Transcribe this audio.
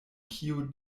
kio